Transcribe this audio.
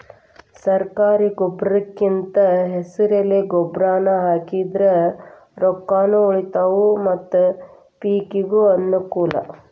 ಸರ್ಕಾರಿ ಗೊಬ್ರಕಿಂದ ಹೆಸರೆಲೆ ಗೊಬ್ರಾನಾ ಹಾಕಿದ್ರ ರೊಕ್ಕಾನು ಉಳಿತಾವ ಮತ್ತ ಪಿಕಿಗೂ ಅನ್ನಕೂಲ